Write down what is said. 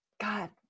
god